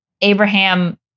Abraham